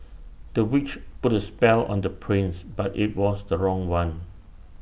the witch put A spell on the prince but IT was the wrong one